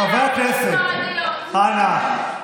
חברי הכנסת, אנא.